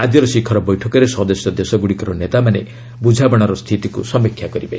ଆଜିର ଶିଖର ବୈଠକରେ ସଦସ୍ୟ ଦେଶଗୁଡ଼ିକର ନେତାମାନେ ବୁଝାମଣାର ସ୍ଥିତିକୁ ସମୀକ୍ଷା କରିବେ